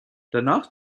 danach